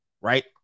right